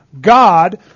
God